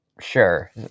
sure